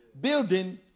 building